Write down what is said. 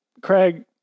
Craig